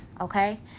okay